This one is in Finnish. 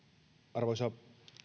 arvoisa